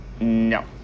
No